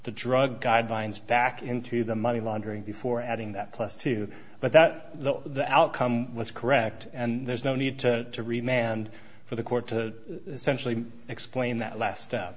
the drug guidelines back into the money laundering before adding that plus two but that the outcome was correct and there's no need to remain and for the court to essentially explain that last